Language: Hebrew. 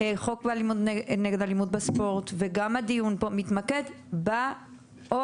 נגד אלימות בספורט וגם הדיון פה מתמקד באוהדים.